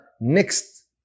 next